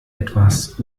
etwas